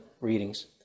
readings